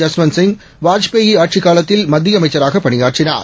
ஜஸ்வந்த்சிங் வாஜ்பாய்ஆட்சிக்காலத்தில்மத்தியஅமைச்சராகபணியாற்றி னார்